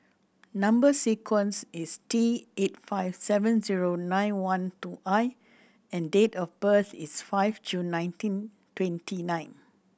number sequence is T eight five seven zero nine one two I and date of birth is five June nineteen twenty nine